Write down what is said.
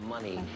Money